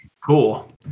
cool